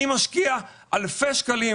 אני משקיע אלפי שקלים,